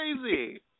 crazy